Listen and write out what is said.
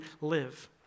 live